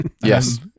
Yes